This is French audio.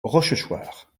rochechouart